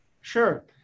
Sure